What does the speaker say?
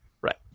Right